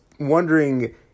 Wondering